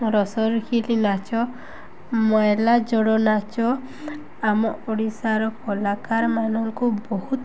ରସର୍ ଖେଲି ନାଚ ମଇଲା ଜୋଡ଼ ନାଚ ଆମ ଓଡ଼ିଶାର କଲାକାରମାନଙ୍କୁ ବହୁତ